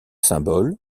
symboles